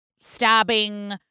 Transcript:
stabbing